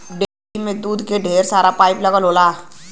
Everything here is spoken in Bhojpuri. डेयरी में दूध क ढेर सारा पाइप लगल होला